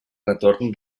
retorn